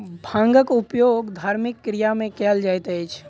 भांगक उपयोग धार्मिक क्रिया में कयल जाइत अछि